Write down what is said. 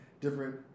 different